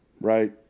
Right